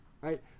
Right